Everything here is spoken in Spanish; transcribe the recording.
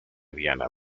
viena